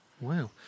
wow